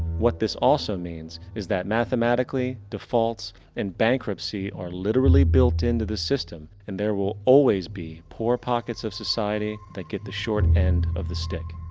what this also means, is that mathematically the defaults and bankruptcy are literally built into the system. and there will always be poor pockets of society that get the short end of the stick.